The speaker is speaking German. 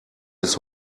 bis